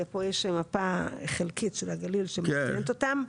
ופה יש מפה חלקית של הגליל שמציינת אותן,